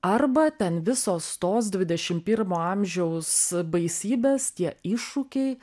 arba ten visos tos dvidešimt pirmo amžiaus baisybės tie iššūkiai